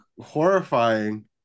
horrifying